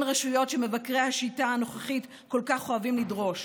רשויות שמבקרי השיטה הנוכחית כל כך אוהבים לדרוש,